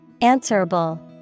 Answerable